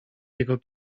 jego